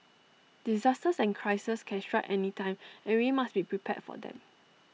disasters and crises can strike anytime and we must be prepared for them